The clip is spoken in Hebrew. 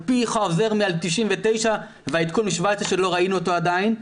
על פי חוזר מינהל 1999 והעדכון מ-2017 שלא ראינו אותו עדיין,